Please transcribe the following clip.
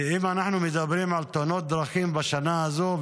אם אנחנו מדברים על תאונות דרכים בשנה הזו,